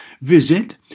Visit